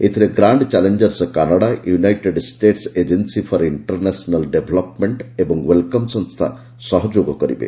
ଏଥିରେ Grand Challenges Canada United State Agency for International Development ଏବଂ Wellcome ସଂସ୍ଥା ସହଯୋଗ କରିବେ